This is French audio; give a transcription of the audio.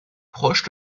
proche